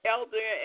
Elder